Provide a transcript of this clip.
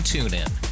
TuneIn